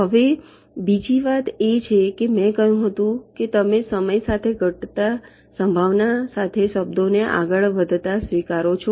હવે બીજી વાત એ છે કે મેં કહ્યું હતું કે તમે સમય સાથે ઘટતા સંભાવના સાથે શબ્દોને આગળ વધતા સ્વીકારો છો